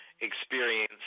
experience